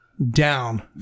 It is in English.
Down